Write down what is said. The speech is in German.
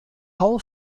hull